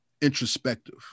introspective